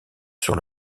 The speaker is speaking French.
sur